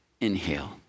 inhale